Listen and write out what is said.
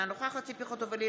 אינה נוכחת ציפי חוטובלי,